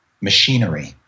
machinery